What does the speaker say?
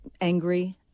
angry